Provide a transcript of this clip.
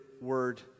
word